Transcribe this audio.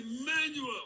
Emmanuel